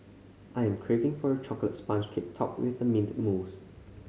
I am craving for a chocolate sponge cake topped with mint mousse